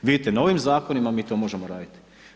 Vidite na ovim zakonima mi to možemo raditi.